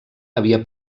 havia